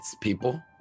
people